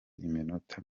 iminota